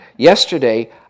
Yesterday